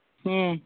ᱦᱮᱸ